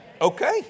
Okay